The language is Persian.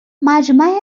مجمع